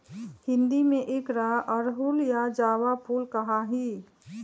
हिंदी में एकरा अड़हुल या जावा फुल कहा ही